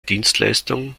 dienstleistung